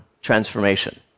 transformation